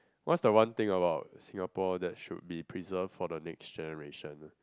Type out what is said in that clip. what's the one thing about Singapore that should be preserved for the next generation